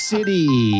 City